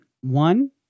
One